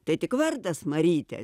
tai tik vardas marytė